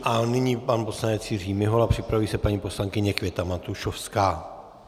A nyní pan poslanec Jiří Mihola, připraví se paní poslankyně Květa Matušovská.